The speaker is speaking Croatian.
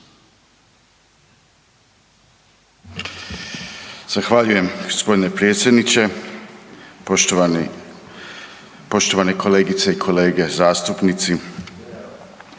Zahvaljujem g. predsjedniče. Poštovane kolegice i kolege zastupnici.